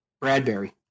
Bradbury